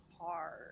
hard